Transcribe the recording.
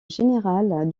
général